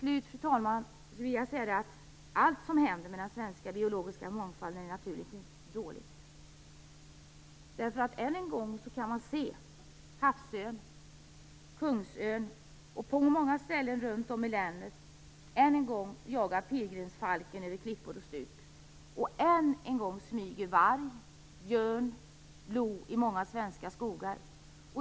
Naturligtvis är inte allt som händer med den svenska biologiska mångfalden dåligt. Än en gång kan man ju se havsörn och kungsörn. På många ställen runt om i länet jagar än en gång pilgrimsfalken över klippor och stup, och än en gång smyger varg, björn och lo i många svenska skogar.